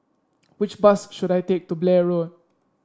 which bus should I take to Blair Road